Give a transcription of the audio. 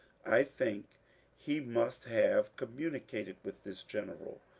i think he must have communicated with this general,